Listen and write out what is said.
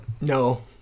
No